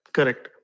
Correct